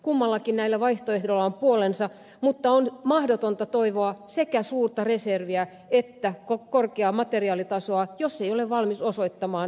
kummallakin vaihtoehdolla on puolensa mutta on mahdotonta toivoa sekä suurta reserviä että korkeaa materiaalitasoa jos ei ole valmis osoittamaan tarpeellisia resursseja